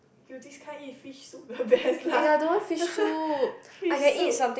you this kind eat fish soup the best lah fish soup